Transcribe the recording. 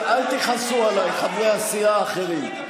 אל תכעסו עליי, חברי הסיעה האחרים.